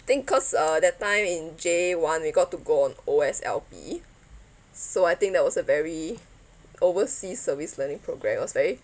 think cause uh that time in J one we got to go on O_S_L_P so I think that was a very overseas service learning program it was very